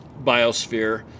biosphere